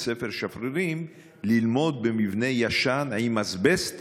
ספר שפרירים ללמוד במבנה ישן עם אסבסט